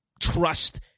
trust